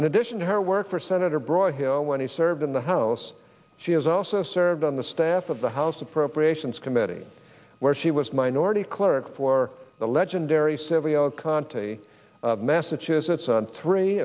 in addition to her work for senator broyhill when he served in the house she has also served on the staff of the house appropriations committee where she was minority clerk for the legendary silvio conti massachusetts on three